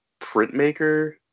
printmaker